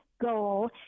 goal